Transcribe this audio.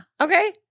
Okay